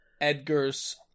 Edgar's